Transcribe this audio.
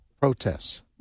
protests